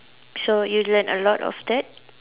so you learn a lot of that